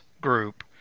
group